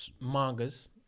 mangas